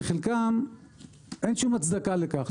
לחלקם אין שום הצדקה לכך.